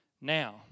Now